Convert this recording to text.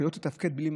שלא תתפקד בלי מחליפים.